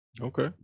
Okay